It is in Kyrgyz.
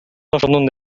ошонун